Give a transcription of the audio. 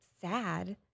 sad